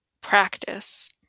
practice